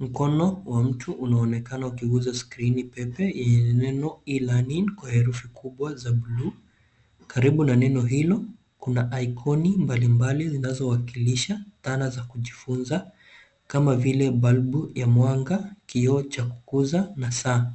Mkono wa mtu unaonekana ukigusa skrini pepe, yenye neno E-learning kwa herufi kubwa za bluu. Karibu na neno hilo, kuna ikoni mbalimbali zinazowakilisha dhana za kujifunza, kama vile balbu ya mwanga, kioo cha kukuza, na saa.